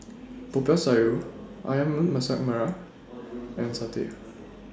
Popiah Sayur Ayam Masak Merah and Satay